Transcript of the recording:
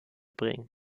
bringen